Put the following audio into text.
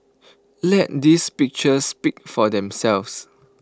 let these pictures speak for themselves